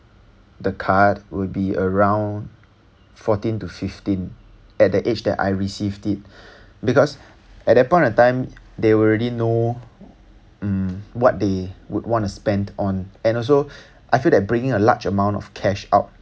the card would be around fourteen to fifteen at that age that I received it because at that point of the time they would already know mm what they would want to spend on and also I feel that bringing a large amount of cash out